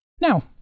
Now